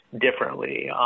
differently